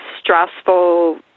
stressful